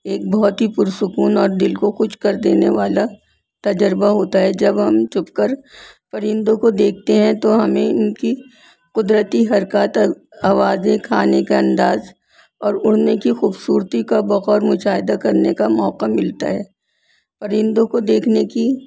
ایک بہت ہی پرسکون اور دل کو خوش کر دینے والا تجربہ ہوتا ہے جب ہم چھپ کر پرندوں کو دیکھتے ہیں تو ہمیں ان کی قدرتی حرکات آوازیں کھانے کا انداز اور اڑنے کی خوبصورتی کا بغور مشاہدہ کرنے کا موقع ملتا ہے پرندوں کو دیکھنے کی